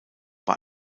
war